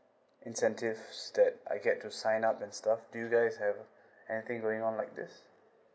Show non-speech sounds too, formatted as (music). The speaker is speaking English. incentives that I get to sign up and stuff do you guys have (breath) anything going on like that